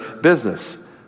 business